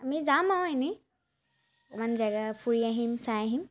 আমি যাম আৰু এনেই অকণমান জেগা ফুৰি আহিম চাই আহিম